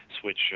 switch